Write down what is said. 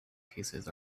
cases